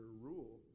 rule